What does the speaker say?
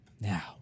Now